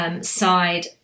side